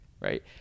right